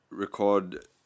Record